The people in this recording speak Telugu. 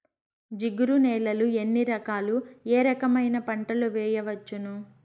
జిగురు నేలలు ఎన్ని రకాలు ఏ రకమైన పంటలు వేయవచ్చును?